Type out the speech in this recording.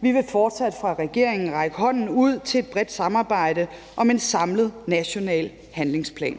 Vi vil fortsat fra regeringens side række hånden ud til et bredt samarbejde om en samlet national handlingsplan.